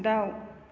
दाउ